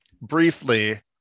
briefly